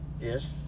Yes